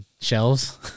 shelves